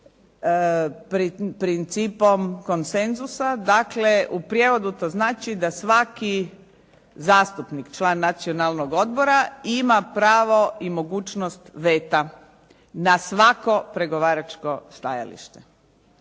principom konsenzusa dakle u prijevodu to znači da svaki zastupnik član Nacionalnog odbora ima pravo i mogućnost veta na svako pregovaračko stajalište.